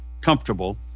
comfortable